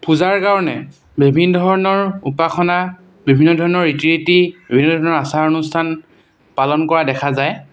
পূজাৰ কাৰণে বিভিন্ন ধৰণৰ উপাসনা বিভিন্ন ধৰণৰ ৰীতি নীতি বিভিন্ন ধৰণৰ আচাৰ অনুষ্ঠান পালন কৰা দেখা যায়